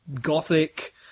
gothic